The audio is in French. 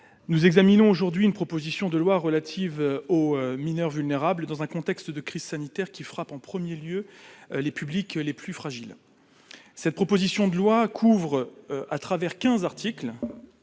nous examinons aujourd'hui une proposition de loi relative aux mineurs vulnérables dans un contexte de crise sanitaire qui frappe en 1er lieu les publics les plus fragiles, cette proposition de loi couvre à travers 15 articles